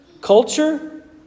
culture